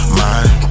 mind